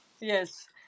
yes